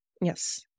Yes